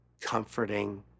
comforting